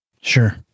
Sure